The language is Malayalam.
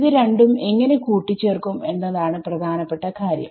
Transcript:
ഇത് രണ്ടും എങ്ങനെ കൂട്ടിചേർക്കും എന്നതാണ് പ്രധാനപ്പെട്ട കാര്യം